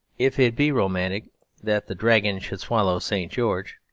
if it be romantic that the dragon should swallow st. george.